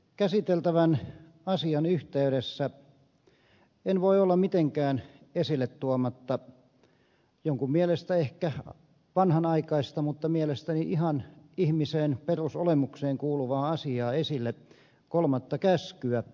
käsiteltävän asian yhteydessä en voi olla mitenkään tuomatta esille jonkun mielestä ehkä vanhanaikaista mutta mielestäni ihan ihmisen perusolemukseen kuuluvaa asiaa kolmatta käskyä